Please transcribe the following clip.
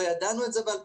לא ידענו את זה ב-2014,